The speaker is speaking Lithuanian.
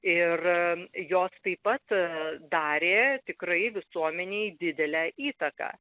ir jos taip pat darė tikrai visuomenei didelę įtaką